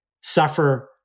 suffer